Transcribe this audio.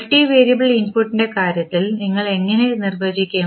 multivariable ഇൻപുട്ടിൻറെ കാര്യത്തിൽ നിങ്ങൾ എങ്ങനെ നിർവചിക്കും